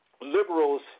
liberals